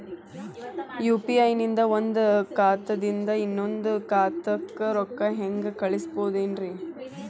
UPI ನಿಂದ ಒಂದ್ ಖಾತಾದಿಂದ ಇನ್ನೊಂದು ಖಾತಾಕ್ಕ ರೊಕ್ಕ ಹೆಂಗ್ ಕಳಸ್ಬೋದೇನ್ರಿ?